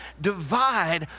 divide